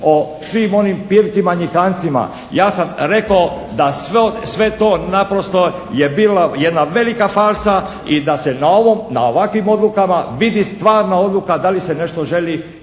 o svim onim …/Govornik se ne razumije./… ja sam rekao da sve to naprosto je bila jedna velika farsa i da se na ovakvim odlukama vidi stvarna odluka da li se nešto želi